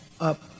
up